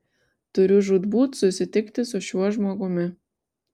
turiu žūtbūt susitikti su šiuo žmogumi